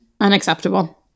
unacceptable